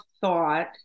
thought